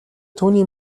түүний